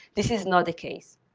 this is not the case.